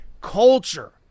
culture